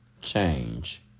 change